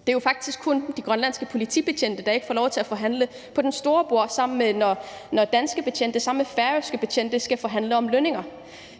Det er jo faktisk kun de grønlandske politibetjente, der ikke får lov til at forhandle ved det store bord, hvorimod danske betjente og færøske betjente forhandler om lønninger.